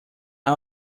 out